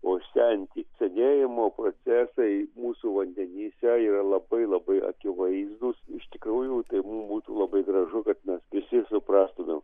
o senti senėjimo procesai mūsų vandenyse yra labai labai akivaizdūs iš tikrųjų tai mum būtų labai gražu kad mes visi suprastumėm